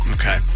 Okay